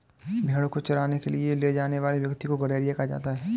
भेंड़ों को चराने के लिए ले जाने वाले व्यक्ति को गड़ेरिया कहा जाता है